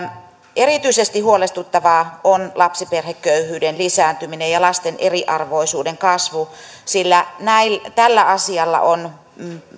erityisesti huolestuttavaa on lapsiperheköyhyyden lisääntyminen ja lasten eriarvoisuuden kasvu sillä tällä asialla on